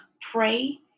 pray